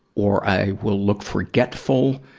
or i will look forgetful,